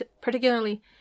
particularly